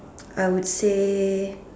I would say